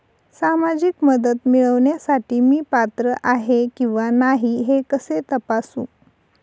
सामाजिक मदत मिळविण्यासाठी मी पात्र आहे किंवा नाही हे कसे तपासू?